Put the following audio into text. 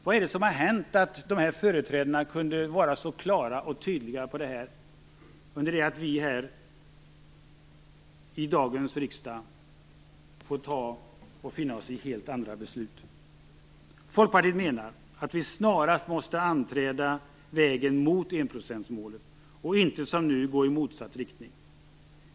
Vad har hänt när de här företrädarna kunde vara så klara och tydliga på denna punkt under det att vi i dagens riksdag får finna oss i helt andra beslut? Folkpartiet menar att vi snarast måste anträda vägen mot enprocentsmålet och inte som nu gå i motsatt riktning.